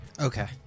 Okay